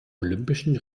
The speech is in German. olympischen